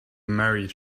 married